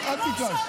אל תכעס.